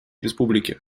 республики